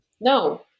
No